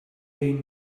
they